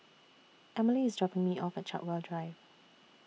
Emilie IS dropping Me off At Chartwell Drive